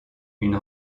une